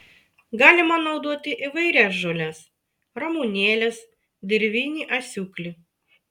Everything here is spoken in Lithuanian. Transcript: galima naudoti įvairias žoles ramunėles dirvinį asiūklį